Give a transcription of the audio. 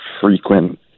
frequent